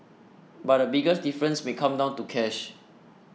but the biggest difference may come down to cash